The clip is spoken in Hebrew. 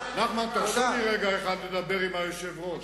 נחמן, תרשה לי רגע אחד לדבר עם היושב-ראש.